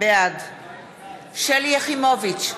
בעד שלי יחימוביץ,